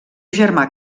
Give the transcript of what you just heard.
germà